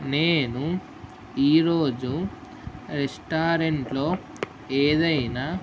నేను ఈరోజు రెస్టారెంట్లో ఏదైనా